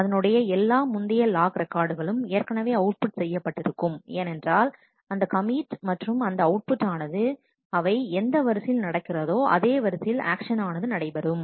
அதனுடைய எல்லா முந்தைய லாக் ரெக்கார்டு களும் ஏற்கனவே அவுட்புட் செய்யப்பட்டிருக்கும் ஏனென்றால் அந்த கமிட் மற்றும் அந்த அவுட்புட் ஆனது அவை எந்த வரிசையில் நடக்கிறதோ அதே வரிசையில் ஆக்சன் ஆனது நடைபெறும்